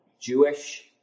Jewish